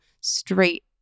straight